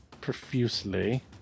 profusely